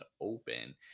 open